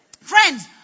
friends